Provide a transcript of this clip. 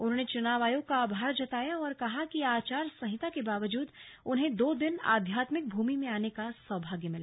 उन्होंने चुनाव आयोग का आभार जताया और कहा कि आचार संहिता के बावजूद उन्हें दो दिन आध्यात्मिक भूमि में आने का सौभाग्य मिला